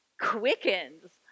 quickens